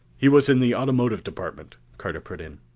he was in the automotive department, carter put in.